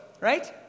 right